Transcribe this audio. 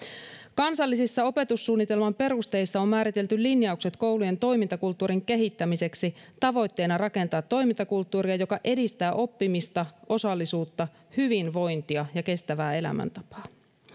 kansallisissa opetussuunnitelman perusteissa on määritelty linjaukset koulujen toimintakulttuurin kehittämiseksi tavoitteena rakentaa toimintakulttuuria joka edistää oppimista osallisuutta hyvinvointia ja kestävää elämäntapaa